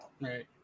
Right